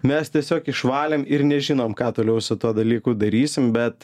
mes tiesiog išvalėm ir nežinom ką toliau su tuo dalyku darysim bet